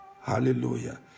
Hallelujah